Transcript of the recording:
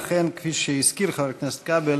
אכן, כפי שהזכיר חבר הכנסת כבל,